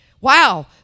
Wow